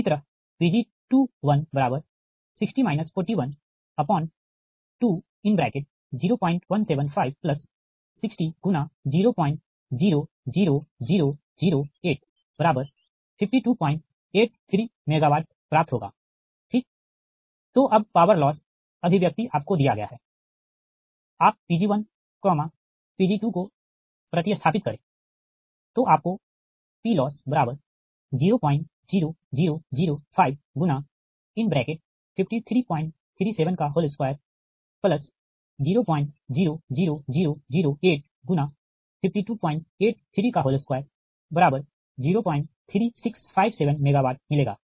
इसी तरहPg260 412017560×0000085283 MWप्राप्त होगा ठीक तो अब पावर लॉस अभिव्यक्ति आपको दिया गया है आप Pg1 Pg2 को प्रति स्थापित करें तो आपको PLoss00005×53372000008×5283203657 MW मिलेगा